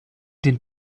den